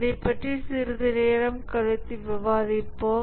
அதைப் பற்றி சிறிது நேரம் கழித்து விவாதிப்போம்